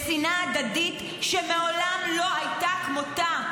לשנאה הדדית שמעולם לא הייתה כמותה,